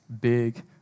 big